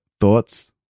thoughts